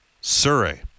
Surrey